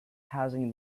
housing